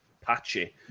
patchy